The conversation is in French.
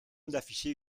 d’afficher